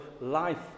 life